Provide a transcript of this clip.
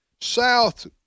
South